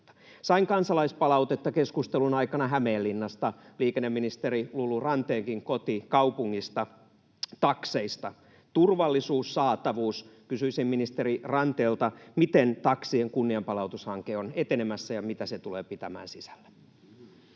Sain kansalaispalautetta keskustelun aikana Hämeenlinnasta, liikenneministeri Lulu Ranteenkin kotikaupungista, takseista: turvallisuus, saatavuus. Kysyisin ministeri Ranteelta, miten taksien kunnianpalautushanke on etenemässä ja mitä se tulee pitämään sisällään.